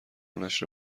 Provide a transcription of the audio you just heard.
نشر